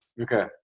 Okay